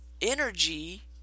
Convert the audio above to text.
Energy